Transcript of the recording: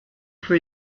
for